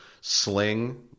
sling